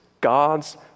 God's